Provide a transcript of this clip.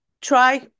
Try